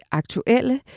aktuelle